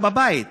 לא בבית,